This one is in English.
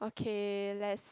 okay let's